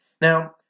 now